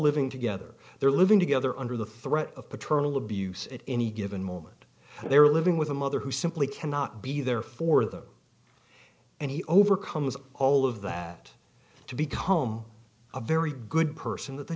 living together they're living together under the threat of paternal abuse at any given moment and they're living with a mother who simply cannot be there for them and he overcomes all of that to become a very good person that the